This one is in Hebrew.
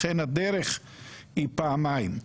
לכן הדרך היא פעמיים,